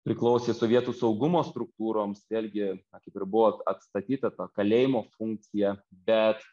priklausė sovietų saugumo struktūroms vėlgi kaip ir buvo atstatyta ta kalėjimo funkcija bet